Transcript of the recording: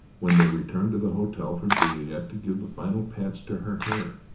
when they returned to the hotel for juliet to give the final pats to her hair,